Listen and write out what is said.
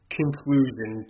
conclusion